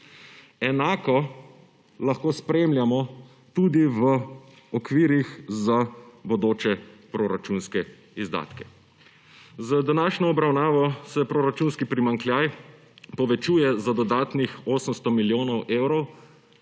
Enako lahko spremljamo tudi v okvirih za bodoče proračunske izdatke. Z današnjo obravnavo se proračunski primanjkljaj povečuje za dodatnih 800 milijonov evrov